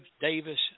Davis